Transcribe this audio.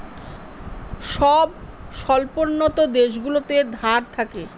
সব স্বল্পোন্নত দেশগুলোতে ধার থাকে